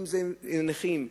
אם נכים,